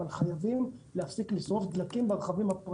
חייבים להפסיק לשרוף דלקים ברכבים הפרטיים.